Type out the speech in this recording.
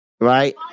right